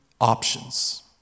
options